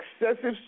excessive